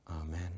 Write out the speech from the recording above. Amen